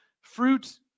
fruit